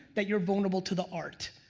that you're vulnerable to the art.